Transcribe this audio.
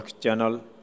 Channel